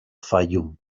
fayoum